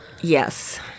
yes